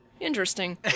Interesting